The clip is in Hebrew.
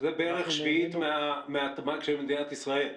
זה בערך שביעית מתמ"ג של מדינת ישראל.